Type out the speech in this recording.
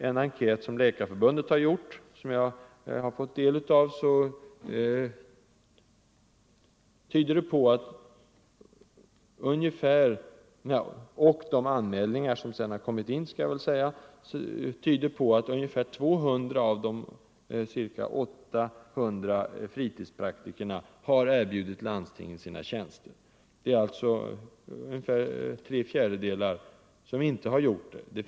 En enkät som Läkarförbundet har gjort, och som jag har fått del av, och de anmälningar som sedan har kommit in, tyder på att ungefär 200 av de ca 800 fritidspraktikerna har erbjudit landstingen sina tjänster. Tre fjärdedelar har alltså inte gjort det.